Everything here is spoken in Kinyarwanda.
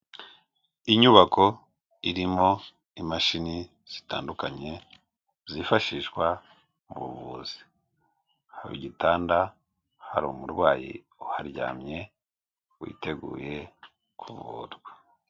Inyubako irimo imashini zitandukanye zifashishwa mu buvuzi hari igitanda, hari umurwayi uharyamye witeguye kuvurwa.